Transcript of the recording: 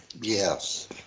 Yes